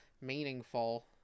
meaningful